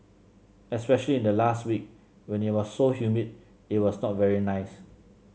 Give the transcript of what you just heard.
especially in the last week when it was so humid it was not very nice